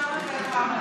בושה וחרפה מה,